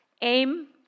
Aim